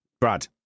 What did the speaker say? Brad